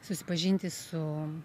susipažinti su